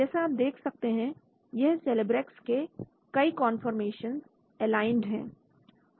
जैसा आप देख सकते हैं यह Celebrex के कई कौनफॉरमेशन एलाइंड है